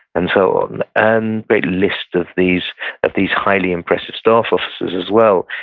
and so on, and great list of these of these highly impressive staff officers, as well,